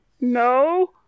no